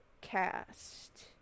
cast